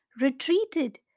retreated